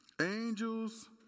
Angels